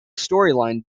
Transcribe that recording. storyline